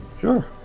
Sure